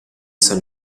san